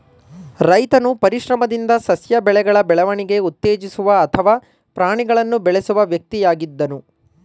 ರೈತನು ಪರಿಶ್ರಮದಿಂದ ಸಸ್ಯ ಬೆಳೆಗಳ ಬೆಳವಣಿಗೆ ಉತ್ತೇಜಿಸುವ ಅಥವಾ ಪ್ರಾಣಿಗಳನ್ನು ಬೆಳೆಸುವ ವ್ಯಕ್ತಿಯಾಗಿದ್ದನು